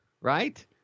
right